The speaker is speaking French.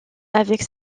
avec